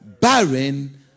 barren